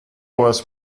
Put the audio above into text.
was